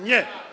Nie.